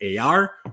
AR